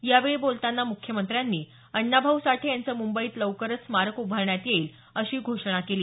यावेळी बोलताना मुख्यमंत्र्यांनी अण्णाभाऊ साठे यांचं मुंबईत लवकरच स्मारक उभारण्यात येईल अशी घोषणा केली